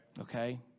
okay